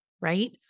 Right